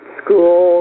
school